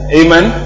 amen